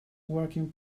working